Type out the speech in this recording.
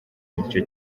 n’igice